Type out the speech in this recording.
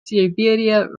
siberia